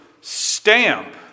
stamp